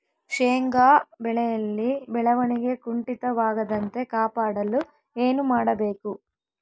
ಶೇಂಗಾ ಬೆಳೆಯಲ್ಲಿ ಬೆಳವಣಿಗೆ ಕುಂಠಿತವಾಗದಂತೆ ಕಾಪಾಡಲು ಏನು ಮಾಡಬೇಕು?